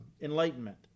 enlightenment